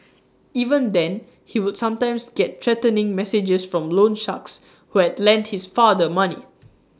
even then he would sometimes get threatening messages from loan sharks who had lent his father money